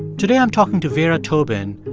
today, i'm talking to vera tobin,